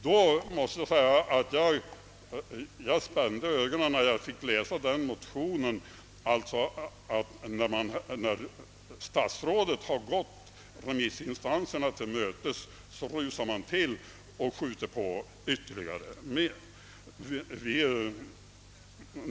Jag måste säga att jag spände ögonen när jag läste den motion som väckts i frågan. När statsrådet har gått remissinstanserna till mötes, rusar man till och skjuter på ytterligare.